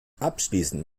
abschließend